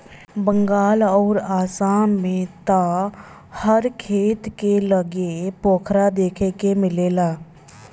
बंगाल अउरी आसाम में त हर खेत के लगे पोखरा देखे के मिलेला